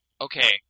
Okay